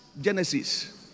Genesis